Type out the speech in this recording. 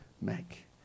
make